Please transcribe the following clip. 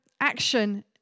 Action